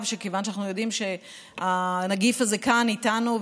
שכיוון שאנחנו יודעים שהנגיף הזה כאן איתנו,